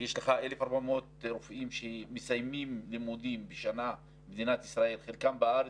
שיש לך במדינת ישראל 1,400 רופאים בשנה שמסיימים לימודים חלקם בארץ,